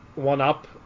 one-up